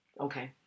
Okay